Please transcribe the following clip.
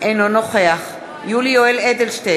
אינו נוכח יולי יואל אדלשטיין,